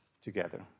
together